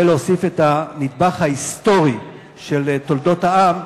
כדי להוסיף את הנדבך ההיסטורי של תולדות העם,